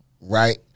right